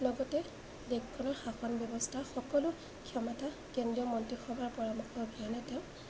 লগতে দেশখনৰ শাসন ব্যৱস্থাৰ সকলো ক্ষমতা কেন্দ্ৰীয় মন্ত্ৰীসভাৰ পৰামৰ্শ অবিহনে তেওঁ